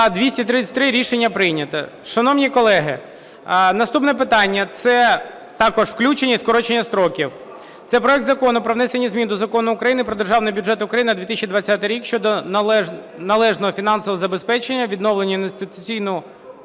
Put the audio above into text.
За-233 Рішення прийнято. Шановні колеги, наступне питання – це також включення і скорочення строків. Це проект Закону про внесення змін до Закону України "Про Державний бюджет України на 2020 рік" щодо належного фінансового забезпечення відновлення інституту